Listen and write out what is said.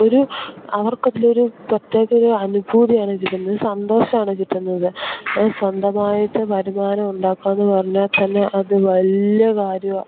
ഒരു അവർക്ക് അതിലൊരു പ്രത്യേക ഒരു അനുഭൂതി ആണ് കിട്ടുന്നത് സന്തോഷം ആണ് കിട്ടുന്നത് സ്വന്തമായിട്ട് വരുമാനം ഉണ്ടാക്കാന്ന് പറഞ്ഞാൽ തന്നെ അത് വലിയ കാര്യമാണ്